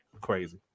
crazy